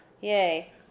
Yay